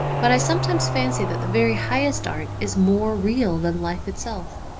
but i sometimes fancy that the very highest art is more real than life itself.